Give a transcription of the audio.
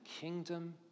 kingdom